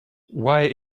why